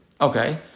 Okay